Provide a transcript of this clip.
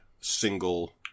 single